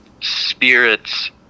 spirits